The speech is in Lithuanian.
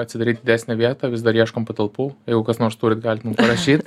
atsidaryt didesnę vietą vis dar ieškom patalpų jeigu kas nors turit galit mum parašyt